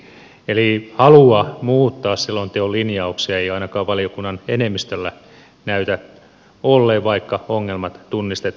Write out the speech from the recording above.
eli halua muuttaa selonteon linjauksia ei ainakaan valiokunnan enemmistöllä näytä olleen vaikka ongelmat tunnistetaankin